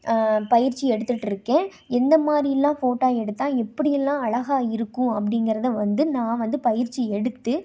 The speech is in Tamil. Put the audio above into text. பயிற்சி எடுத்துட்டிருக்கேன் எந்தமாதிரிலாம் ஃபோட்டா எடுத்தால் எப்படியெல்லாம் அழகாகருக்கும் அப்படிங்கிறத வந்து நான் வந்து பயிற்சி எடுத்து